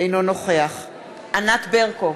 אינו נוכח ענת ברקו,